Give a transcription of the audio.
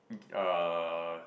uh